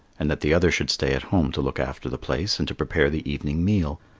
and that the other should stay at home to look after the place and to prepare the evening meal.